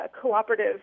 cooperative